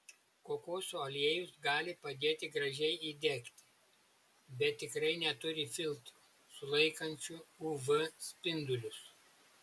kokosų aliejus gali padėti gražiai įdegti bet tikrai neturi filtrų sulaikančių uv spindulius